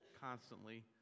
constantly